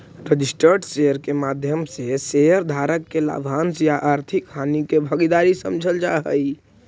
registered share के माध्यम से शेयर धारक के लाभांश या आर्थिक हानि के भागीदार समझल जा हइ